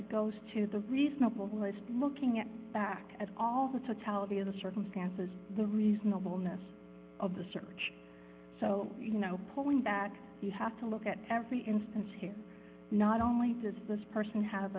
it goes to the reasonable list looking at back at all the totality of the circumstances the reasonableness of the search so you know pulling back you have to look at every instance here not only does this person have